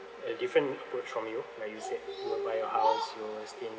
a different approach from you like you said you'll buy your house you'll stay